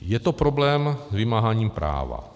Je to problém s vymáháním práva.